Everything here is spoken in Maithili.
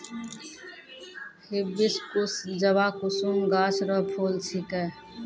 हिबिस्कुस जवाकुसुम गाछ रो फूल छिकै